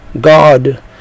God